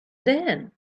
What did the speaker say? then